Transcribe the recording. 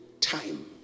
time